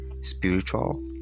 Spiritual